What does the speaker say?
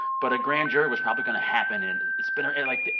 but a grand jury was probably going to happen. and it's been like,